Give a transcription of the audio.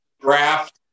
draft